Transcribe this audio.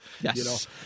Yes